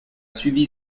suivi